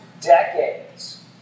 decades